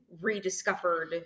rediscovered